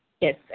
yes